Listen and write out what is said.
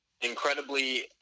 Incredibly